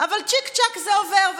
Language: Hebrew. אבל צ'יק-צ'ק זה עובר,